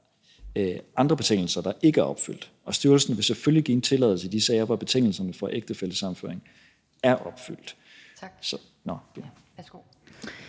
andre betingelser, der ikke er opfyldt. Og styrelsen vil selvfølgelig give en tilladelse i de sager, hvor betingelserne for ægtefællesammenføring er opfyldt. Kl. 17:56